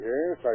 Yes